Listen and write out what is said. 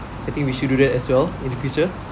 I think we should do that as well in the future